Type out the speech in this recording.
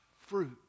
fruit